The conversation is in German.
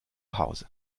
hause